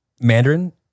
Mandarin